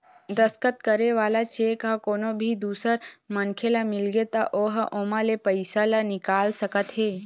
दस्कत करे वाला चेक ह कोनो भी दूसर मनखे ल मिलगे त ओ ह ओमा ले पइसा ल निकाल सकत हे